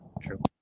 true